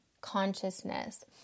consciousness